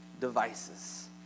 devices